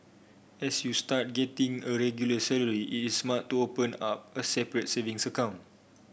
as you start getting a regular salary it is smart to open up a separate savings account